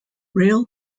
rail